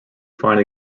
fine